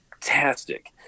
Fantastic